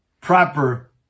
proper